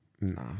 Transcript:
Nah